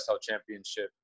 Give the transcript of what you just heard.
championship